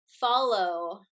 follow